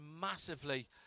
massively